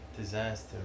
disaster